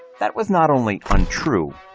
that was not only untrue,